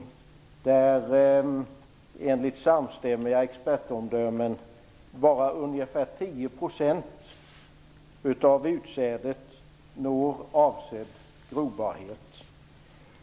Enligt samstämmiga expertomdömen når bara ungefär 10 % av utsädet avsedd grobarhet.